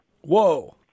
Whoa